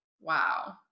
Wow